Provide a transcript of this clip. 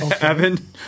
Evan